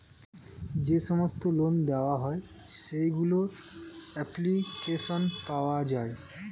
যে সমস্ত লোন দেওয়া হয় সেগুলোর অ্যাপ্লিকেশন পাওয়া যায়